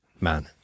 Man